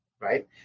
right